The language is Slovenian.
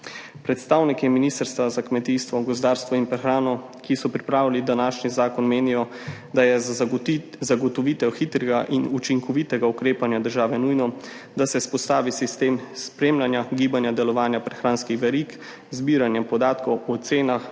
Predstavniki Ministrstva za kmetijstvo, gozdarstvo in prehrano, ki so pripravili današnji zakon, menijo, da je za zagoti…, zagotovitev hitrega in učinkovitega ukrepanja države nujno, da se vzpostavi sistem spremljanja gibanja delovanja prehranskih verig, zbiranje podatkov o cenah,